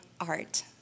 art